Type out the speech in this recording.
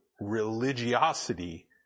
religiosity